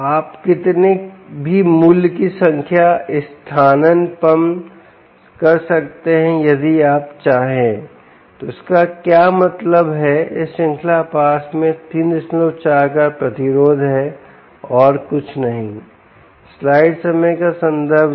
आप कितने भी मूल्य की संख्या स्थानापन्न कर सकते हैं यदि आप चाहें तो इसका क्या मतलब है इस श्रृंखला पास में 34 का प्रतिरोध है और कुछ नहीं